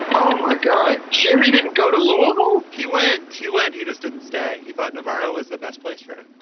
um my god. jerry didn't go to louisville, ky when he went. he just didn't stay. he thought navarro is the best place for him, but